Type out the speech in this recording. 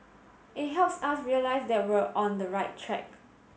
it helps us realise that we're on the right track